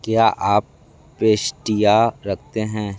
क्या आप पेस्टियाँ रखते हैं